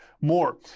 more